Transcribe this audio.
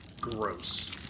Gross